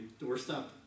doorstep